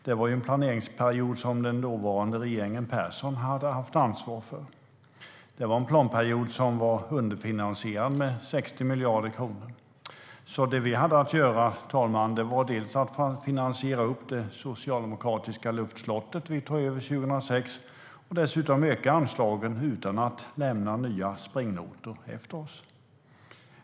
Det var en planeringsperiod den dåvarande regeringen Persson hade haft ansvar för, och den var underfinansierad med 60 miljarder kronor. Det vi hade att göra, fru talman, var alltså att finansiera det socialdemokratiska luftslott vi tog över 2006 och dessutom öka anslagen utan att lämna nya springnotor efter oss.